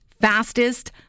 fastest